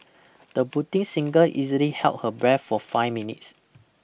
the budding singer easily held her breath for five minutes